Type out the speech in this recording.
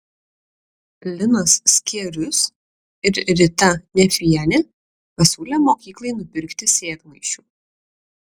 linas skierius ir rita nefienė pasiūlė mokyklai nupirkti sėdmaišių